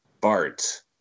Bart